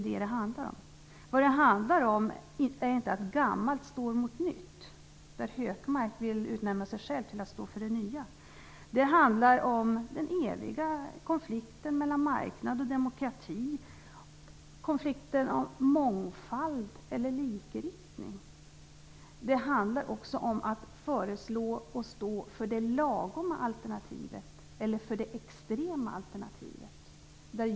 Det handlar inte om det. Gammalt står inte mot nytt. Hökmark vill utnämna sig själv till en som står för det nya. Det handlar om den eviga konflikten mellan marknad och demokrati, mellan mångfald och likriktning. Det handlar också om att föreslå och stå för ett lagom alternativ eller ett extremt alternativ.